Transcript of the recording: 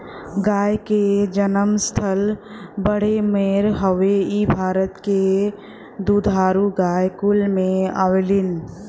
गाय क जनम स्थल बाड़मेर हउवे इ भारत के दुधारू गाय कुल में आवलीन